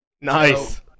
Nice